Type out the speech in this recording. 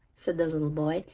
said the little boy.